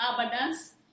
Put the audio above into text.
abundance